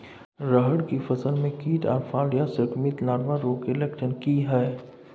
रहर की फसल मे कीट आर फलियां संक्रमित लार्वा रोग के लक्षण की हय?